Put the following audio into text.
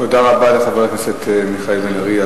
תודה רבה לחבר הכנסת מיכאל בן-ארי על